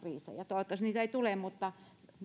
toivottavasti niitä ei tule mutta